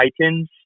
Titans